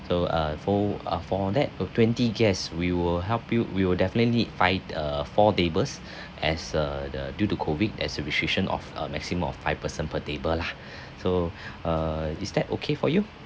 so uh fo~ ah for that of twenty guests we will help you we will definitely fight a four tables as a the due to COVID as a restriction of a maximum of five person per table lah so err is that okay for you